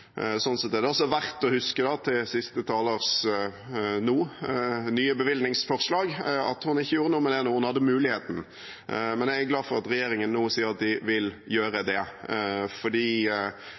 Sånn sett er det også verdt å huske når det gjelder siste talers nye bevilgningsforslag, at hun ikke gjorde noe med det da hun hadde muligheten. Men jeg er glad for at regjeringen sier at man nå vil gjøre det.